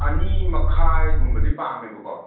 ꯑꯅꯤꯃꯈꯥꯏꯒꯨꯝꯕꯗꯤ ꯄꯥꯝꯃꯦꯕꯀꯣ